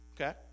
Okay